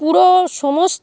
পুরো সমস্ত